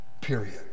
Period